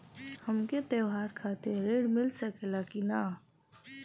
हमके त्योहार खातिर त्रण मिल सकला कि ना?